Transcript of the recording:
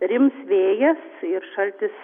rims vėjas ir šaltis